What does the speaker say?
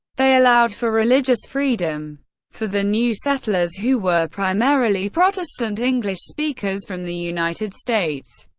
they allowed for religious freedom for the new settlers, who were primarily protestant english speakers from the united states.